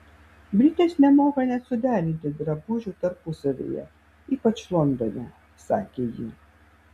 britės nemoka net suderinti drabužių tarpusavyje ypač londone sakė ji